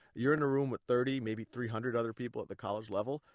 you're in a room with thirty, maybe three hundred other people at the college level,